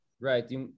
Right